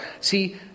See